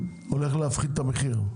הולך להפחית את המחירים.